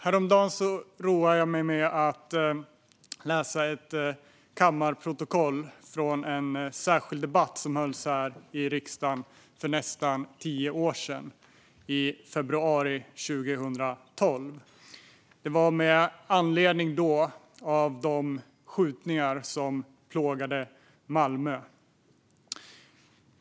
Häromdagen roade jag mig med att läsa ett kammarprotokoll från en särskild debatt som hölls här i riksdagen för nästan tio år sedan, i februari 2012, med anledning av de skjutningar som plågade Malmö.